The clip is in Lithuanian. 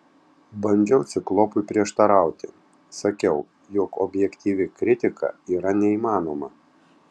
bandžiau ciklopui prieštarauti sakiau jog objektyvi kritika yra neįmanoma